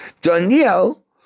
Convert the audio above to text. Daniel